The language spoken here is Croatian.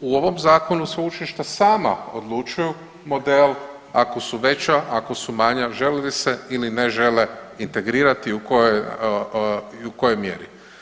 u ovom zakonu sveučilišta sama odlučuju model ako su veća, ako su manja žele li se ili ne žele integrirati i u kojoj mjeri.